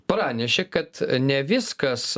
pranešė kad ne viskas